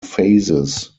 phases